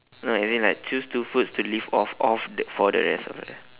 no as in like choose two foods to live off of th~ for the rest of your life